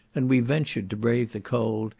and we ventured to brave the cold,